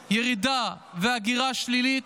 בהם ירידה והגירה שלילית,